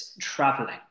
traveling